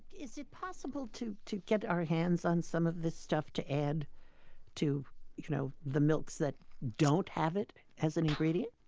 is it possible to to get our hands on some of this stuff to add to you know the milks that don't have it as an ingredient?